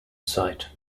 site